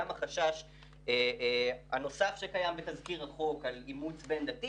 גם החשש הנוסף שקיים בתזכיר החוק על אימוץ בין-דתי